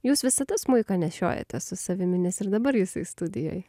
jūs visada smuiką nešiojatės su savimi nes ir dabar jisai studijoj